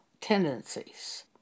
tendencies